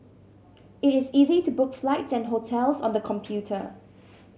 it is easy to book flights and hotels on the computer